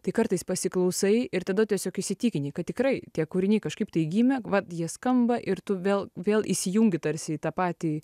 tai kartais pasiklausai ir tada tiesiog įsitikini kad tikrai tie kūriniai kažkaip tai gimė vat jie skamba ir tu vėl vėl įsijungi tarsi į tą patį